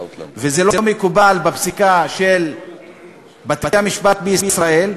וזה לא מקובל בפסיקה של בתי-המשפט בישראל.